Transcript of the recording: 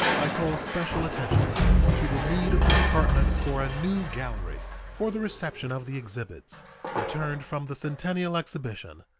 i call special attention to the need of the department for a new gallery for the reception of the exhibits returned from the centennial exhibition,